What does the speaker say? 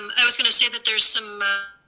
um i was gonna say that there's some,